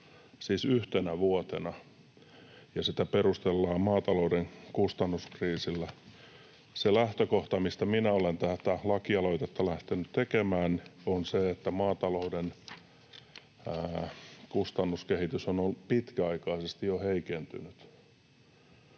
siis yhtenä vuotena — ja sitä perustellaan maatalouden kustannuskriisillä. Se lähtökohta, mistä minä olen tätä lakialoitetta lähtenyt tekemään, on se, että maatalouden kustannuskehitys on ollut jo pitkäaikaisesti heikentynyt.